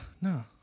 no